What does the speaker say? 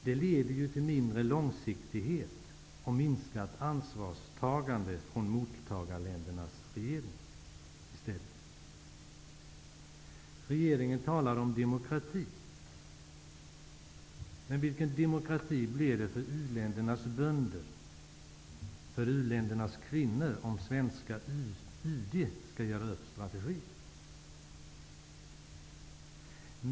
Det leder ju i stället till mindre långsiktighet och minskat ansvarstagande från mottagarländernas regeringar. Regeringen talar om demokrati. Men vilken demokrati blir det för u-ländernas bönder och kvinnor om svenska UD skall göra upp strategin?